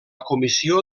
comissió